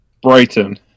Brighton